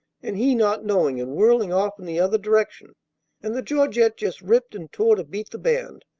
and he not knowing and whirling off in the other direction and the georgette just ripped and tore to beat the band,